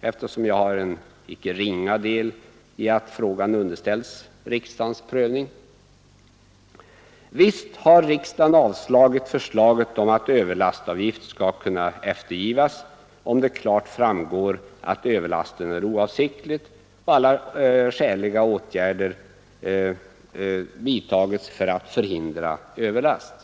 eftersom jag har en icke ringa del i att frågan underställts riksdagens prövning. Visst har riksdagen avslagit förslaget om att överlastavgift skall kunna eftergivas, om det klart framgår att överlasten är oavsiktlig och alla skäliga åtgärder vidtagits för att förhindra överlast.